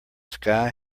sky